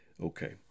Okay